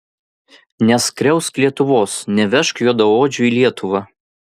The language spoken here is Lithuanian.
neskriausk lietuvos nevežk juodaodžių į lietuvą